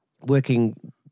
working